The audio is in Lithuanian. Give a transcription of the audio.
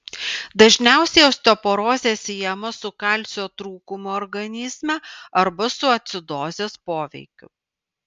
dažniausiai osteoporozė siejama su kalcio trūkumu organizme arba su acidozės poveikiu